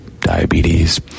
diabetes